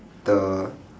the